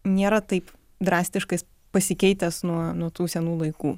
nėra taip drastiškais pasikeitęs nuo nuo tų senų laikų